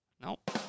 Nope